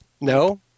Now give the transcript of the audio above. No